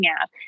app